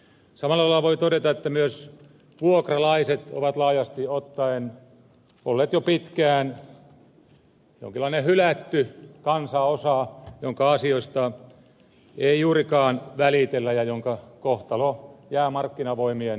samalla lailla voi todeta että myös vuokralaiset ovat laajasti ottaen olleet jo pitkään jonkinlainen hylätty kansanosa jonka asioista ei juurikaan välitellä ja jonka kohtalo jää markkinavoimien armoille